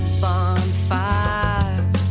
bonfire